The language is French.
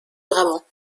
brabant